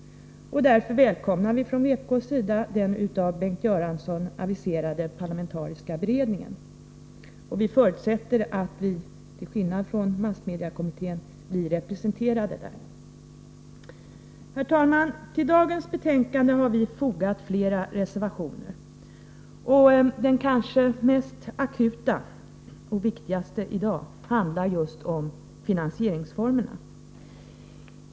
Därför välkomnar vi den av Bengt Göransson aviserade parlamentariska beredningen, och vi förutsätter att vi till skillnad från massmediekommittén blir representerade där. Till dagens betänkande har vi fogat flera reservationer. Den kanske mest akuta och viktigaste i dag handlar just om finansieringsformerna.